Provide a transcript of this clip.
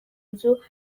nzu